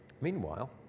Meanwhile